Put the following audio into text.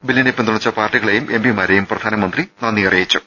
ബില്ലിനെ പിന്തുണച്ച പാർട്ടികളെയും എംപിമാ രെയും പ്രധാനമന്ത്രി നന്ദി അറിയിച്ചു